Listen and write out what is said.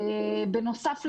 בנוסף לזה,